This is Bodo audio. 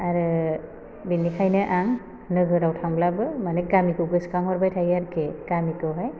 आरो बेनिखायनो आं नोगोराव थांब्लाबो मानि गामिखौ गोसो खांहरबाय थायो आरोखि गामिखौहाय